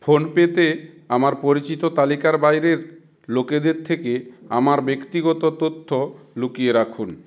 ফোনপেতে আমার পরিচিতি তালিকার বাইরের লোকেদের থেকে আমার ব্যক্তিগত তথ্য লুকিয়ে রাখুন